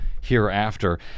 hereafter